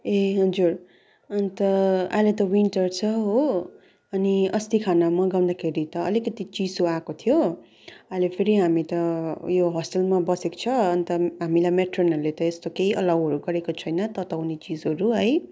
ए हुन्जुर अन्त अहिले त विन्टर छ हो अनि अस्ति खाना मगाउँदाखेरि त अलिकति चिसो आएको थियो अहिले फेरि हामी त ऊ यो होस्टेलमा बसेको छ अन्त हामीलाई मेट्रनहरूले त यस्तो केही अलौहरू गरेको छैन तताउँने चिजहरू है